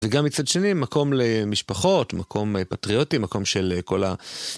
וגם מצד שני מקום למשפחות, מקום פטריוטי, מקום של כל ה...